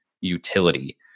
utility